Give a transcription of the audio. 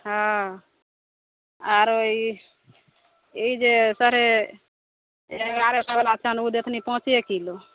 हँ आरो ई ई जे साढ़े एगारह सए बाला ओ देथनि पॉंचे किलो